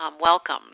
welcome